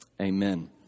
Amen